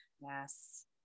yes